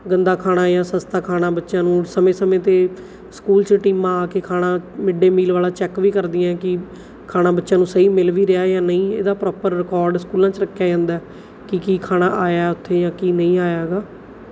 ਗੰਦਾ ਖਾਣਾ ਜਾਂ ਸਸਤਾ ਖਾਣਾ ਬੱਚਿਆਂ ਨੂੰ ਸਮੇਂ ਸਮੇਂ 'ਤੇ ਸਕੂਲ 'ਚ ਟੀਮਾਂ ਆ ਕੇ ਖਾਣਾ ਮਿੱਡ ਡੇ ਮੀਲ ਵਾਲਾ ਚੈੱਕ ਵੀ ਕਰਦੀਆਂ ਕਿ ਖਾਣਾ ਬੱਚਿਆਂ ਨੂੰ ਸਹੀ ਮਿਲ ਵੀ ਰਿਹਾ ਜਾਂ ਨਹੀਂ ਇਹਦਾ ਪ੍ਰੋਪਰ ਰਿਕਾਰਡ ਸਕੂਲਾਂ 'ਚ ਰੱਖਿਆ ਜਾਂਦਾ ਕਿ ਕੀ ਖਾਣਾ ਆਇਆ ਉੱਥੇ ਜਾਂ ਕੀ ਨਹੀਂ ਆਇਆ ਹੈਗਾ